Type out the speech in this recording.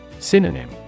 Synonym